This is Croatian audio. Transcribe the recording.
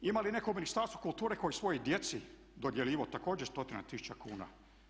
Ima li neko Ministarstvo kulture koje svojoj djeci dodjeljivao također stotine tisuća kuna?